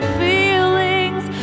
feelings